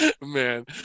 man